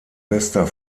bester